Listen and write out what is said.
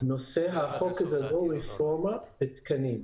נושא החוק הזה הוא לא רפורמה בתקנים.